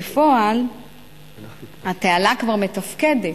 בפועל התעלה כבר מתפקדת,